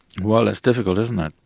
well it's difficult isn't it?